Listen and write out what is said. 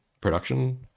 production